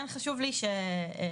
חשוב לי שתדעו,